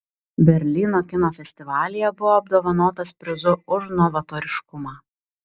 berlyno kino festivalyje buvo apdovanotas prizu už novatoriškumą